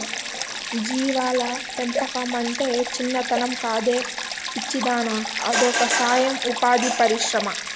జీవాల పెంపకమంటే చిన్నతనం కాదే పిచ్చిదానా అదొక సొయం ఉపాధి పరిశ్రమ